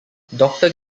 doctor